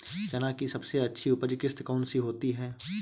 चना की सबसे अच्छी उपज किश्त कौन सी होती है?